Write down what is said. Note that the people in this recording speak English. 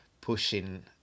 pushing